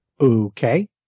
Okay